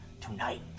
Tonight